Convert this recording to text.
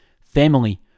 family